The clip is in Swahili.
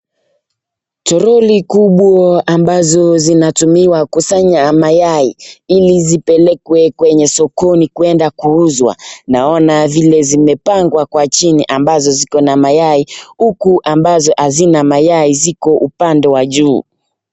Toroli kubwa ambazo zinatumiwa kusanya mayai, ili zipelekwe kwenye sokoni kwenda kuuzwa, naona zile zimepangwa kwa chini ambazo ziko na mayai, huku ambazo hazina mayai ziko upande wa juu.